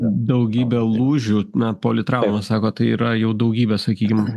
daugybę lūžių na politrauma sakot tai yra jau daugybė sakykim